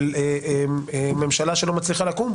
של ממשלה שלא מצליחה לקום,